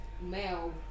male